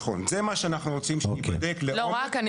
נכון, זה מה שאנחנו רוצים שייבדק לעומק.